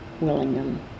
Willingham